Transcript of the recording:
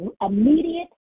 immediate